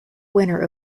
winner